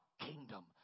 kingdom